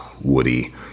Woody